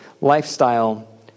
lifestyle